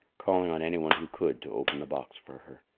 calling on anyone who could to open the box for her.